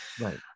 Right